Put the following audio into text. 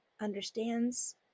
understands